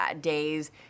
days